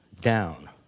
down